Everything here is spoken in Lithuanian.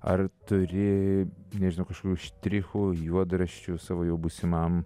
ar turi nežinau kažkokių štrichų juodraščių savo jau būsimam